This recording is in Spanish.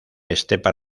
estepa